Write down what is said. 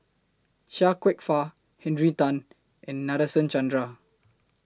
Chia Kwek Fah Henry Tan and Nadasen Chandra